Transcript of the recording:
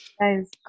guys